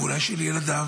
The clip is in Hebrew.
ואולי של ילדיו,